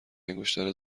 انگشتر